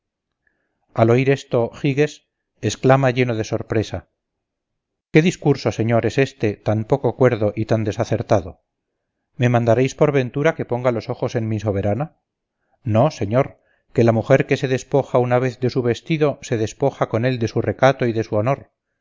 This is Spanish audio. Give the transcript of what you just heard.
al oír esto giges exclama lleno de sorpresa qué discurso señor es este tan poco cuerdo y tan desacertado me mandaréis por ventura que ponga los ojos en mi soberana no señor que la mujer que se despoja una vez de su vestido se despoja con él de su recato y de su honor